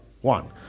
one